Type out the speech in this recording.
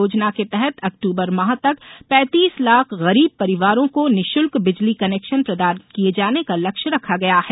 योजना के तहत अक्टूबर माह तक पैतीस लाख गरीब परिवारों को निःशुल्क बिजली कनेक्शन प्रदान किये जाने का लक्ष्य रखा गया है